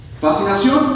fascinación